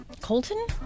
Colton